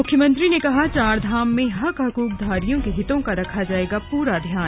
मुख्यमंत्री ने कहा चारधाम में हक हकूक धारियों के हितों का रखा जाएगा पूरा ध्यान